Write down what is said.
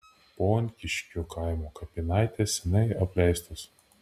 ponkiškių kaimo kapinaitės seniai apleistos